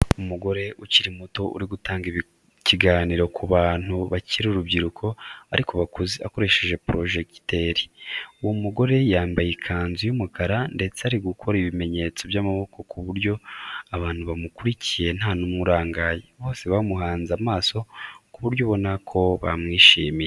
Umugore ukiri muto ari gutanga ikiganiro ku bantu bakiri urubyiruko ariko bakuze akoresheje porojegiteri. Uwo mugore yambaye ikanzu y'umukara ndetse ari gukora n'ibimenyetso by'amaboko ku buryo abantu bamukurikiye nta n'umwe urangaye. Bose bamuhanze amaso ku buryo ubona ko bamwishimiye.